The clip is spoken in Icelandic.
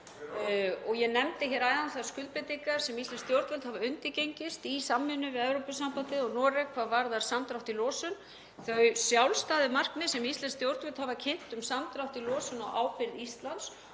Ég nefndi hér áðan þær skuldbindingar sem íslensk stjórnvöld hafa undirgengist í samvinnu við Evrópusambandið og Noreg hvað varðar samdrátt í losun, þau sjálfstæðu markmið sem íslensk stjórnvöld hafa kynnt um samdrátt í losun á ábyrgð Íslands